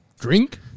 Drink